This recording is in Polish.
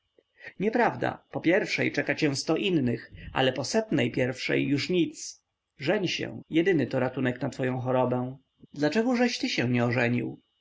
nieprawda po pierwszej czeka cię sto innych ale po setnej pierwszej już nic żeń się jedyny to ratunek na twoją chorobę dlaczegożeś ty się